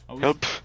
Help